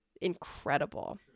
incredible